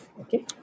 Okay